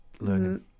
learning